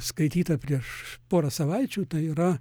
skaityta prieš pora savaičių tai yra